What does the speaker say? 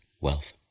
wealth